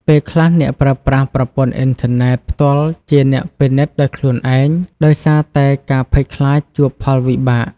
ពេលខ្លះ អ្នកប្រើប្រាស់ប្រព័ន្ធអុីនធើណេតផ្ទាល់ជាអ្នកពិនិត្យដោយខ្លួនឯង ដោយសារតែការភ័យខ្លាចជួបផលវិបាក។